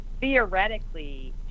theoretically